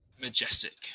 majestic